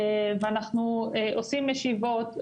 אנחנו מקיימים ישיבות,